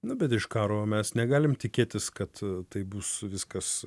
nu bet iš karo mes negalim tikėtis kad taip bus viskas